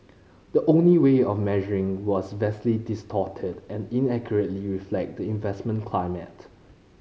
the only way of measuring was vastly distorted and inaccurately reflect the investment climate